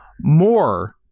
more